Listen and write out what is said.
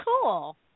cool